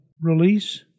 release